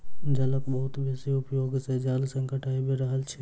जलक बहुत बेसी उपयोग सॅ जल संकट आइब रहल अछि